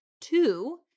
Two